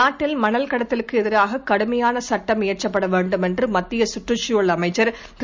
நாட்டில் மணல் கட்த்தலுக்குஎதிராககடுமையானசட்டம் இயற்றப்படவேண்டும் என்றுமத்தியசுற்றுச் சூழல் அமைச்சர் திரு